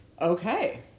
Okay